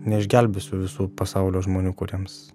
neišgelbėsiu visų pasaulio žmonių kuriems